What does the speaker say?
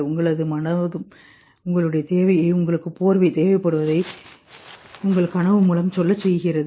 உங்களது மனது உங்களுடைய தேவையை உங்களுக்கு போர்வை தேவைப்படுவதை உங்கள் கனவு மூலம் சொல்லச் செய்கிறது